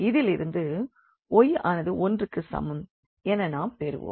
இதிலிருந்து y ஆனது 1க்குச் சமம் என நாம் பெறுவோம்